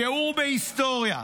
שיעור בהיסטוריה.